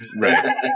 right